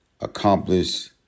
accomplish